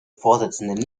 vorsitzende